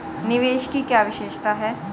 निवेश की क्या विशेषता है?